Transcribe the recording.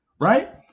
right